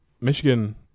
Michigan